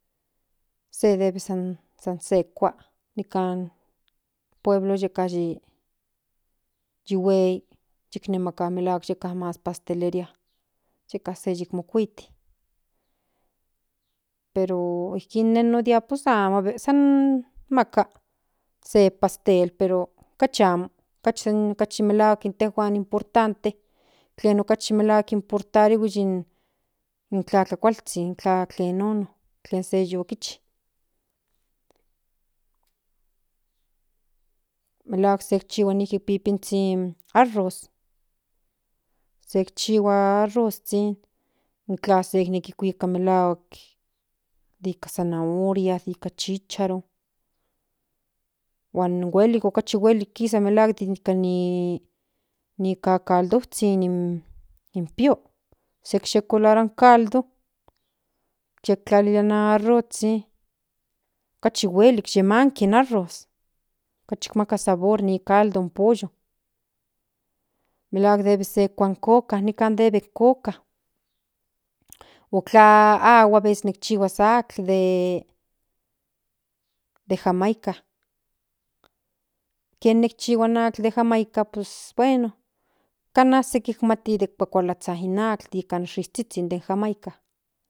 Se veces san se kua nikan pueblo yeka yi huei tiknemaka yeka mas pateleria yeka se yi mokuiti pero jin pues amo aveces san kinmaka se pastel pero kachi amo kachi kinmaka melahuak intejuan importante kachi importante melahuak in tlatlakualzhin tlen nono ken san yu kichi melahuak se ikchua nijkki pipinzhi arroz se ikchihua arrozhin intla se kuika melahuak nika zanahoria nika chicharo huan huelik kachi kisa melahuak ni cacaldozhin in pio se ye colarua in caldo yek tlalilia in arrozhin kachi huelik yimanki in arroz kachi maka sabor in caldo in pollo melahuak se kua in coca nikadeben in coca intla agua aveces nikchihua atl de jamaica kienin chihua in tl de jamaica pues bueno kana se kakalazha in atl nika shishiti de jamaica.